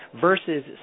versus